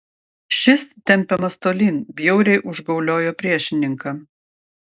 šis tempiamas tolyn bjauriai užgauliojo priešininką